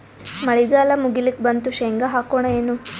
ಮಳಿಗಾಲ ಮುಗಿಲಿಕ್ ಬಂತು, ಶೇಂಗಾ ಹಾಕೋಣ ಏನು?